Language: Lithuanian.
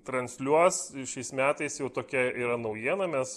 transliuos šiais metais jau tokia yra naujiena mes